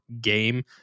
game